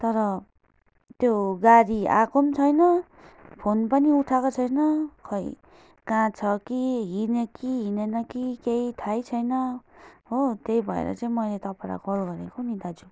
तर त्यो गाडी आएको पनि छैन फोन पनि उठाएको छैन खोइ कहाँ छ कि हिँड्यो कि हिँडेन कि केही थाहै छैन हो त्यही भएर चाहिँ मैले तपाईँलाई कल गरेको नि दाजु